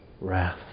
wrath